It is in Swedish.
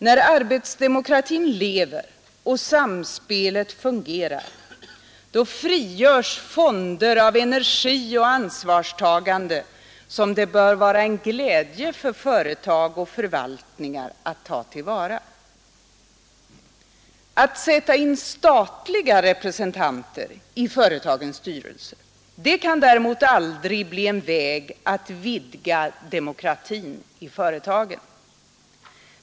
När arbetsdemokratin lever och aktiebolag och samspelet fungerar frigörs fonder av energi och ansvarstagande, som det ekonomiska för bör vara en glädje för företag och förvaltningar att ta till vara. ENE UF Att sätta in statliga representanter i företagens styrelser kan däremot aldrig bli en väg att vidga demokratin i företagen.